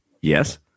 Yes